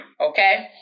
Okay